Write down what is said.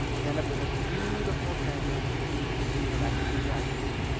end up with a beautiful transition from activity to activity.